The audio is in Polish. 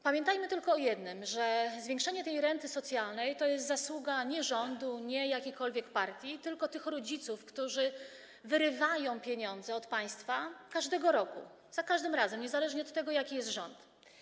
Pamiętajmy tylko o jednym, że zwiększenie tej renty socjalnej to nie jest zasługa rządu, jakiejkolwiek partii, tylko tych rodziców, którzy wyrywają pieniądze od państwa każdego roku, za każdym razem, niezależnie od tego, jaki jest rząd.